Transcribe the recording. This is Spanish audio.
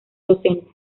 docente